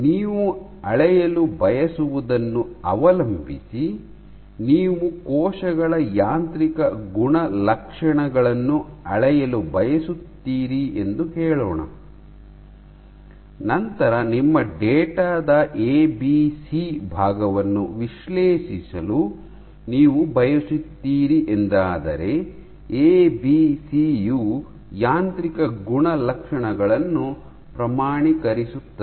ನೀವು ಅಳೆಯಲು ಬಯಸುವದನ್ನು ಅವಲಂಬಿಸಿ ನೀವು ಕೋಶಗಳ ಯಾಂತ್ರಿಕ ಗುಣಲಕ್ಷಣಗಳನ್ನು ಅಳೆಯಲು ಬಯಸುತ್ತೀರಿ ಎಂದು ಹೇಳೋಣ ನಂತರ ನಿಮ್ಮ ಡೇಟಾ ದ ಎಬಿಸಿ ಭಾಗವನ್ನು ವಿಶ್ಲೇಷಿಸಲು ನೀವು ಬಯಸುತ್ತೀರಿ ಎಂದಾದರೆ ಎಬಿಸಿ ಯು ಯಾಂತ್ರಿಕ ಗುಣಲಕ್ಷಣಗಳನ್ನು ಪ್ರಮಾಣೀಕರಿಸುತ್ತದೆ